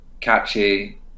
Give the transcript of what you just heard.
catchy